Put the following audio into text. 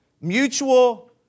Mutual